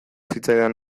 zitzaidan